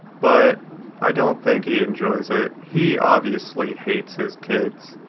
but i don't think he enjoys it, he obviously hates his kids.